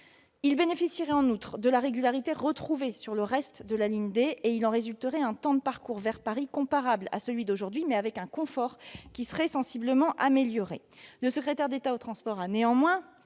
Ils bénéficieraient en outre de la régularité retrouvée sur le reste de la ligne D, et il en résulterait un temps de parcours vers Paris comparable à celui d'aujourd'hui, mais avec un confort sensiblement amélioré. Le secrétaire d'État aux transports a néanmoins